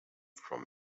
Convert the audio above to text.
from